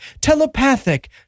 telepathic